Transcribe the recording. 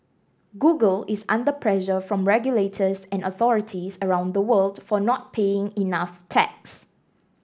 Google is under pressure from regulators and authorities around the world for not paying enough tax